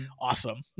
awesome